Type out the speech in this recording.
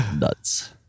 Nuts